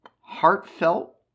heartfelt